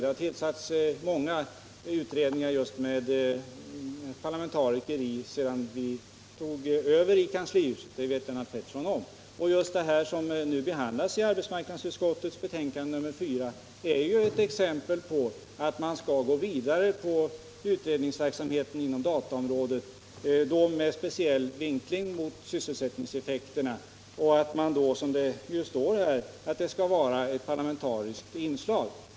Det har tillsatts många utredningar just med parlamentariker sedan vi tog över i kanslihuset, och det vet Lennart Pettersson om. Just det som behandlas i arbetsmarknadsutskottets betänkande nr 4 är ett exempel på att man skall gå vidare när det gäller utredningsverksamheten på dataområdet — med speciell vinkling mot sysselsättningseffekterna. Det skall, som det står i betänkandet, ske under medverkan av parlamentariska företrädare och arbetsmarknadens parter.